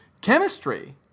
chemistry